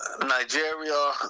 Nigeria